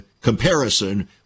comparison